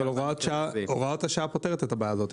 אבל הוראת השעה פותרת את הבעיה הזאת.